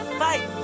fight